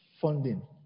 funding